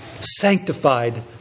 sanctified